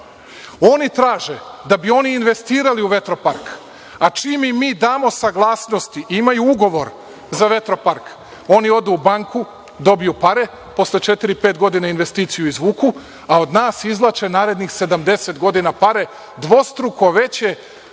Oni traže da bi oni investirali u vetropark, a čim im mi damo saglasnost, imaju ugovor za vetropark, oni odu u banku, dobiju pare, posle četiri, pet godina investiciju izvuku, a od nas izvlače narednih 70 godina pare, dvostruko veće